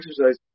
exercise